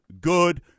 good